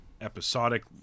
episodic